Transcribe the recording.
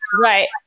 Right